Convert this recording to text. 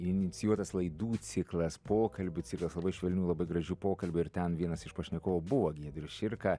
inicijuotas laidų ciklas pokalbių ciklas labai švelnių labai gražių pokalbių ir ten vienas iš pašnekovų buvo giedrius širka